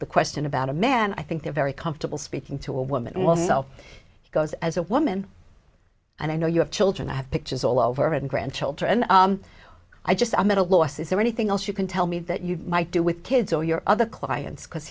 the question about a man i think they're very comfortable speaking to a woman well so it goes as a woman and i know you have children i have pictures all over and grandchildren i just i'm at a loss is there anything else you can tell me that you might do with kids or your other clients because